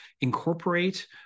incorporate